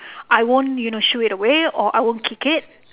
I won't you know shoo it away or I won't kick it